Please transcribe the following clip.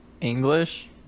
English